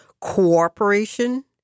cooperation